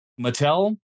Mattel